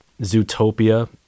Zootopia